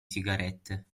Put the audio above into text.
sigarette